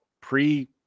pre